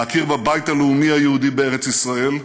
להכיר בבית הלאומי היהודי בארץ ישראל,